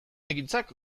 ekintzak